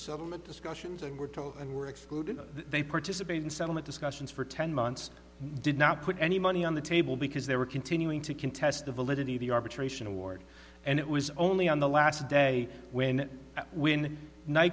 settlement discussions and were told and were excluded they participated in settlement discussions for ten months did not put any money on the table because they were continuing to contest the validity of the arbitration award and it was only on the last day when when